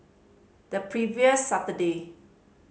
the previous Saturday